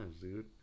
dude